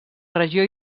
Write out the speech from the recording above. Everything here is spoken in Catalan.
regió